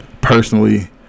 personally